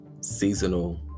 seasonal